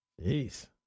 Jeez